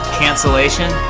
cancellation